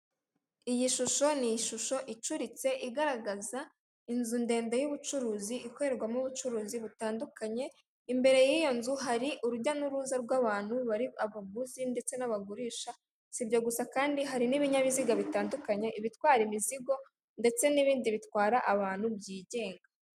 Iyi shusho ni ishusho icuritse igaragaza inzu ndende y'ubucuruzi ikorerwamo ubucuruzi butandukanye, imbere y'iyo nzu hari urujya n'uruza rw abantu bari abaguzi ndetse n'abagurisha, si ibyo gusa kandi hari n'ibinyabiziga bitandukanye, ibitwara imizigo, ndetse n'ibindi bitwara abantu byigenga.